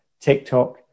TikTok